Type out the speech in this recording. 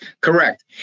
Correct